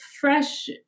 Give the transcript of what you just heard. fresh